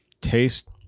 taste